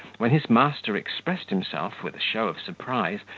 when his master expressed himself, with a show of surprise,